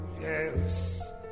yes